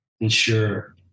ensure